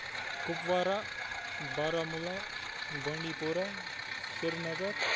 Kupwara Baramulla Bandipora Sri Nagar